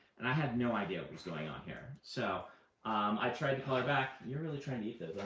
and i had no idea what was going on here. so i tried to call her back. you're really trying to eat those,